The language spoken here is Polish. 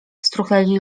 struchleli